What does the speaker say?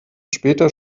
später